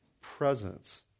presence